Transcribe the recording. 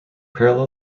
parallel